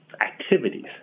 activities